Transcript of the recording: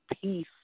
peace